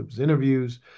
interviews